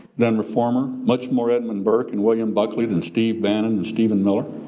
than reformer, much more edmund burke and william buckley than steve bannon and steven miller.